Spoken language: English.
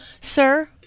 Sir